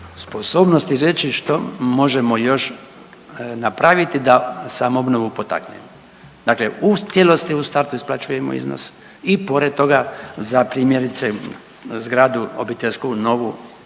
sposobnosti reći što možemo još napraviti da samoobnovu potaknemo. Dakle, u cijelosti u startu isplaćujemo iznos i pored toga za primjerice zgradu obiteljsku novu